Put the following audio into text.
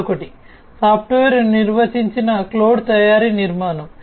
మరొకటి సాఫ్ట్వేర్ నిర్వచించిన క్లౌడ్ తయారీ నిర్మాణం